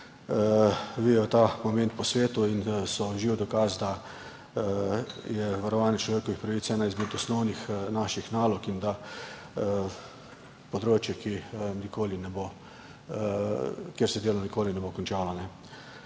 vijejo ta moment po svetu in so živi dokaz, da je varovanje človekovih pravic ena izmed naših osnovnih nalog in področje, kjer se delo nikoli ne bo končalo.